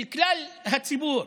לכלל הציבור,